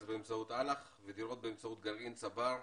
באמצעות אל"ח ודירות באמצעות גרעין צבר,